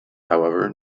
however